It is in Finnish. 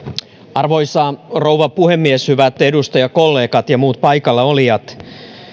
arvoisa rouva puhemies hyvät edustajakollegat ja muut paikalla olijat